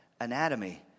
anatomy